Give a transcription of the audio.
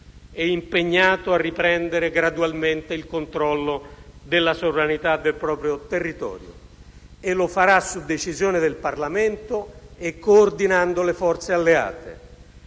e impegnato a riprendere gradualmente il controllo della sovranità del proprio territorio e lo farà su decisione del Parlamento e coordinando le forze alleate.